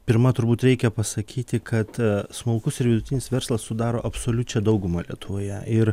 pirma turbūt reikia pasakyti kad smulkus ir vidutinis verslas sudaro absoliučią daugumą lietuvoje ir